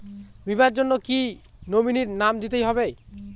বীমার জন্য কি নমিনীর নাম দিতেই হবে?